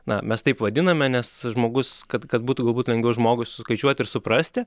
na mes taip vadiname nes žmogus kad kad būtų galbūt lengviau žmogui suskaičiuoti ir suprasti